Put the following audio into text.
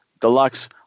deluxe